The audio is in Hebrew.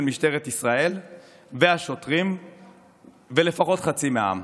משטרת ישראל והשוטרים ולפחות חצי מהעם.